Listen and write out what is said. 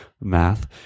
math